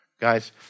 Guys